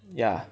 ya